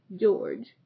George